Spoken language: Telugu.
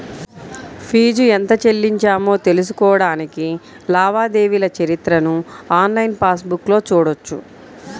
ఫీజు ఎంత చెల్లించామో తెలుసుకోడానికి లావాదేవీల చరిత్రను ఆన్లైన్ పాస్ బుక్లో చూడొచ్చు